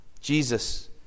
Jesus